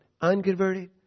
unconverted